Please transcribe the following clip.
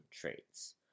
traits